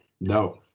no